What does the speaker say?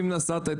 אני פספסתי.